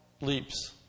leaps